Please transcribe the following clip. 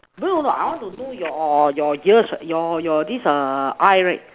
no no I want to know your your years your your this err eye right